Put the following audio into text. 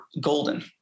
golden